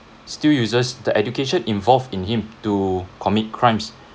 still uses the education involved in him to commit crimes